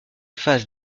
phases